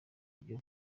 ibyo